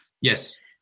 Yes